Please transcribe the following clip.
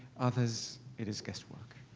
others it is guesswork.